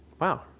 Wow